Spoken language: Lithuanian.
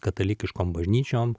katalikiškom bažnyčiom